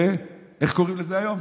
איך קוראים לזה היום?